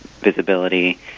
visibility